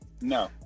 No